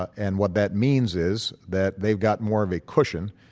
and what that means is that they've got more of a cushion.